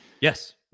yes